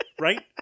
Right